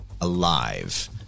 alive